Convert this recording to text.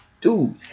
dude